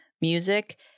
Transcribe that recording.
music